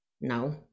No